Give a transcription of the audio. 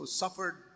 suffered